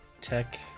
tech